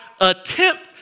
attempt